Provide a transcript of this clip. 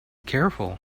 careful